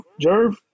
Jerv